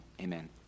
Amen